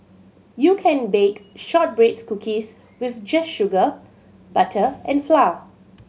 you can bake shortbread's cookies with just sugar butter and flour